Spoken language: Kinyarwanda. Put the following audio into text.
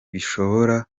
bishobora